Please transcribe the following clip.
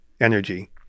energy